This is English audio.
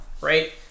right